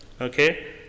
okay